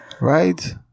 Right